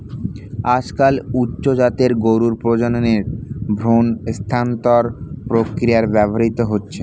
আজকাল উচ্চ জাতের গরুর প্রজননে ভ্রূণ স্থানান্তর প্রক্রিয়া ব্যবহৃত হচ্ছে